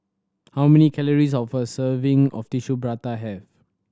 how many calories of a serving of Tissue Prata have